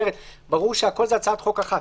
ברור שהכול זה הצעת חוק אחת.